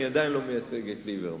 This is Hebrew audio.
אני עדיין לא מייצג את ליברמן.